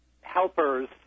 helpers